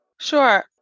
Sure